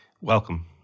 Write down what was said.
Welcome